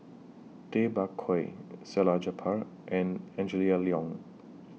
Tay Bak Koi Salleh Japar and Angela Liong